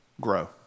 grow